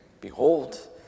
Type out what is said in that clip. Behold